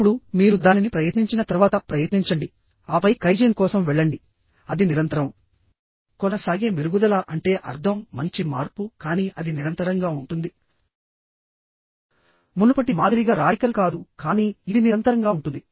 ఇప్పుడు మీరు దానిని ప్రయత్నించిన తర్వాత ప్రయత్నించండి ఆపై కైజెన్ కోసం వెళ్ళండి అది నిరంతరం కొన సాగే మెరుగుదల అంటే అర్థం మంచి మార్పు కానీ అది నిరంతరంగా ఉంటుంది మునుపటి మాదిరిగా రాడికల్ కాదు కానీ ఇది నిరంతరంగా ఉంటుంది